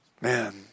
man